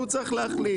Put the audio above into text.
והוא צריך להחליט.